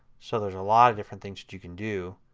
so there is a lot of different things that you can do